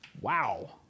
Wow